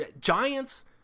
Giants